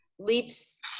leaps